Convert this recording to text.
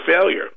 failure